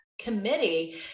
committee